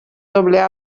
doble